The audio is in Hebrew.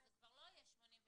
הם יצטרפו לאותם ה-88.